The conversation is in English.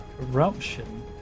Corruption